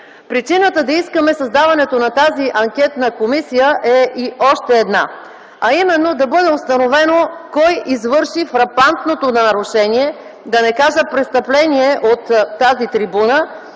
Причината да искаме създаването на тази анкетна комисия е и още една, а именно да бъде установено кой извърши фрапантното нарушение, да не кажа престъпление от тази трибуна,